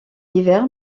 hiver